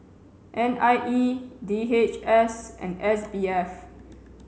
N I E D H S and S B F